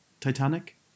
Titanic